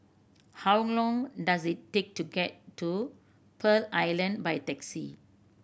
how long does it take to get to Pearl Island by taxi